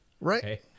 Right